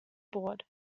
board